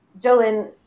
jolyn